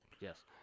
Yes